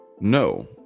No